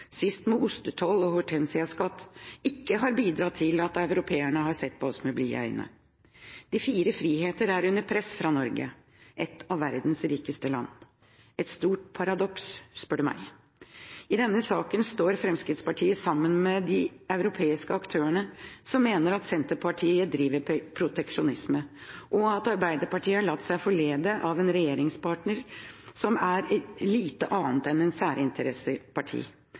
sist med ostetoll og hortensiaskatt, ikke har bidratt til at europeerne har sett på oss med blide øyne. De fire friheter er under press fra Norge, et av verdens rikeste land – et stort paradoks spør du meg. I denne saken står Fremskrittspartiet sammen med de europeiske aktørene som mener at Senterpartiet driver med proteksjonisme, og at Arbeiderpartiet har latt seg forlede av en regjeringspartner som er lite annet enn